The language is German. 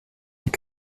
die